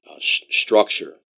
structure